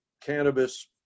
cannabis